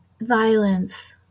violence